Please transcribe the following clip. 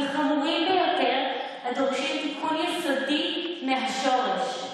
חמורים ביותר הדורשים תיקון יסודי מהשורש,